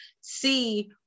see